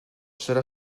serà